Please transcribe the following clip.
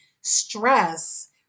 stress